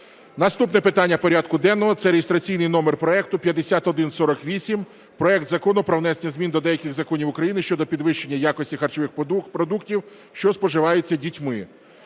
Наступне питання порядку денного, це реєстраційний номер 5148, проект Закону про внесення змін до деяких законів України щодо підвищення якості харчових продуктів, що споживаються дітьми.